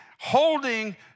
holding